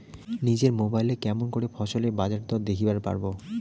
নিজের মোবাইলে কেমন করে ফসলের বাজারদর দেখিবার পারবো?